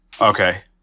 okay